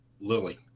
lily